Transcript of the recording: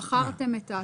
כשבחרתם את ההטבות,